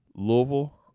Louisville